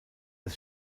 des